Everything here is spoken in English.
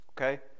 Okay